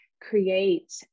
create